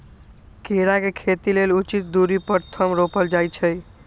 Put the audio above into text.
केरा के खेती लेल उचित दुरी पर थम रोपल जाइ छै